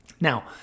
Now